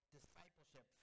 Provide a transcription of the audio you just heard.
Discipleship